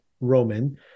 Roman